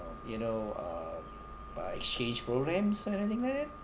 you know uh by exchange programs or anything like that